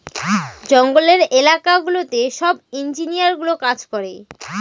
জঙ্গলের এলাকা গুলোতে সব ইঞ্জিনিয়ারগুলো কাজ করে